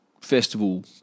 Festival